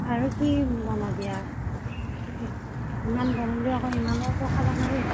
আৰু কি বনাবি আৰ ইমান বনালিওতো আকৌ ইমানোতো খাবা নোৱাৰি